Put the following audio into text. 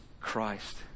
Christ